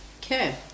Okay